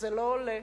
זה לא עולה,